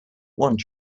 want